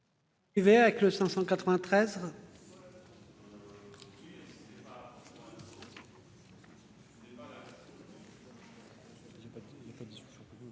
...